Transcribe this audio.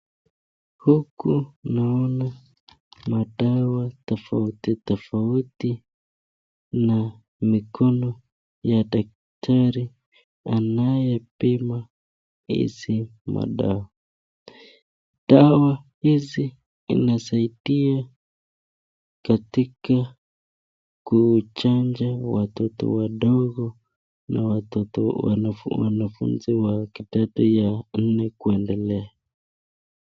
Huku naona madawa tofauti tofauti na mikono ya daktari anayepima hizi madawa. Dawa hizi inasaidia katika kuchanja watoto wadogo na watoto wanafu wanafunzi wa kidato ya nne kuendelea.